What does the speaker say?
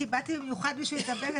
כי באתי במיוחד בשביל לדבר,